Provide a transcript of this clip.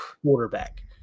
quarterback